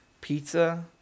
pizza